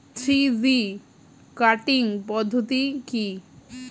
Three G cutting পদ্ধতি কি?